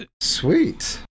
Sweet